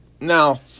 Now